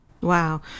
Wow